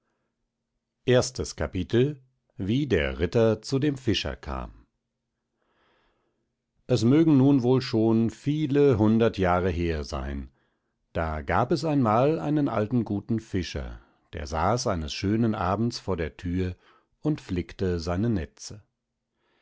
erstes kapitel wie der ritter zu dem fischer kam es mögen nun wohl schon viele hundert jahre her sein da gab es einmal einen alten guten fischer der saß eines schönen abends vor der tür und flickte seine netze